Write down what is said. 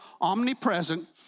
omnipresent